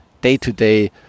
day-to-day